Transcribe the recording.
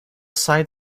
side